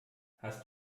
hast